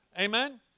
Amen